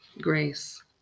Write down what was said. Grace